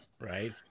right